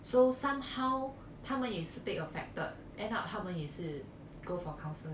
so somehow 他们也是被 affected end up 他们也是 go for counselling